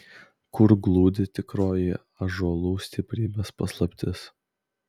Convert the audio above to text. kur glūdi tikroji ąžuolų stiprybės paslaptis